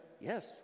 Yes